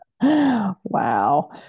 Wow